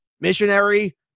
missionary